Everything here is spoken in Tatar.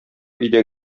өйдә